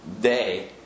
day